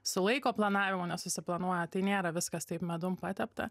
su laiko planavimu nesusiplanuoja tai nėra viskas taip medum patepta